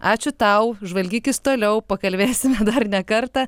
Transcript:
ačiū tau žvalgykis toliau pakalbėsime dar ne kartą